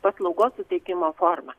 paslaugos suteikimo forma